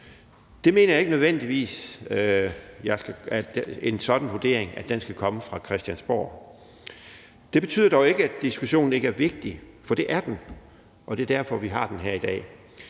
sådan vurdering nødvendigvis skal komme fra Christiansborg. Det betyder dog ikke, at diskussionen ikke er vigtig, for det er den, og det er derfor, vi har den her i dag.